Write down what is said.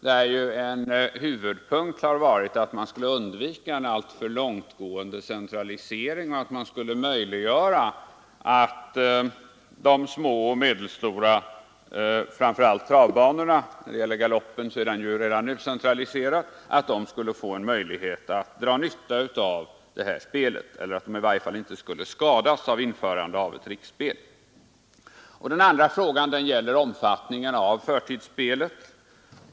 Där har en huvudpunkt varit att man skulle undvika en alltför långtgående centralisering och möjliggöra för framför allt de små och medelstora travbanorna — galoppen är ju nu centraliserad — att dra nytta av spelet. I varje fall skulle inte dessa banor skadas av riksspelet. Den andra frågan gäller omfattningen av förtidsspelet.